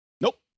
Nope